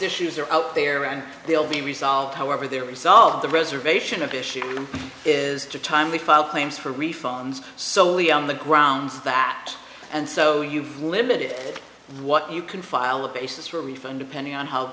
issues are out there and they'll be resolved however there resolved the reservation of issue is to timely file claims for refunds solely on the grounds that and so you've limited what you can file a basis for a refund depending on how